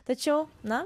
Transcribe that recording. tačiau na